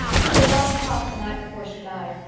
we'd a long talk the night before she died.